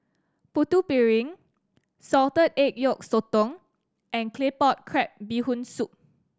Putu Piring salted egg yolk sotong and Claypot Crab Bee Hoon Soup